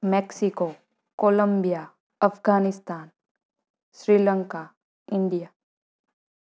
Mexico Colombia Afghanistan Sri Lanka India